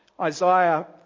Isaiah